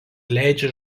leidžia